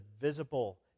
visible